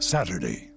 Saturday